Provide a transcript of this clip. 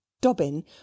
dobbin